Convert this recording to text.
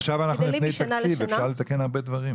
עכשיו אנחנו לפני תקציב, אפשר לתקן הרבה דברים.